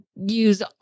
use